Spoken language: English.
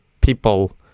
people